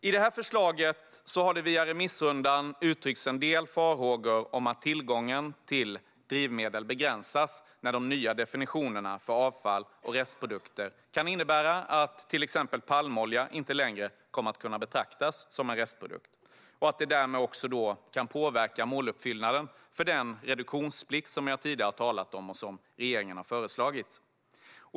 I detta förslag har det via remissrundan uttryckts en del farhågor om att tillgången till drivmedel begränsas när de nya definitionerna för avfall och restprodukter kan innebära att till exempel palmolja inte längre kommer att kunna betraktas som en restprodukt och att det därmed också kan påverka måluppfyllelsen för den reduktionsplikt som jag tidigare har talat om och som regeringen har föreslagit.